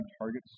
targets